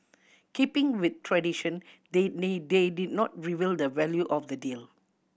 keeping with tradition they they did not reveal the value of the deal